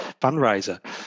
fundraiser